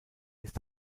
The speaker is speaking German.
ist